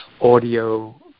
audio